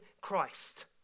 Christ